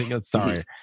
sorry